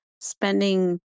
spending